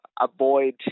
avoid